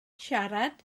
siarad